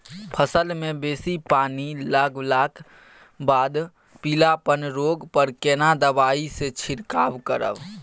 फसल मे बेसी पानी लागलाक बाद पीलापन रोग पर केना दबाई से छिरकाव करब?